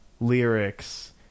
lyrics